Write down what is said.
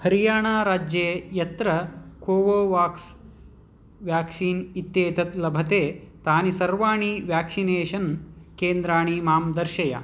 हरियाणाराज्ये यत्र Covax vaccine इत्येतत् लभते तानि सर्वाणि व्याक्सिनेषन् केन्द्राणि मां दर्शय